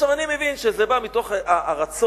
אני מבין שזה בא מתוך הרצון,